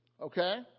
okay